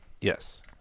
yes